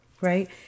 right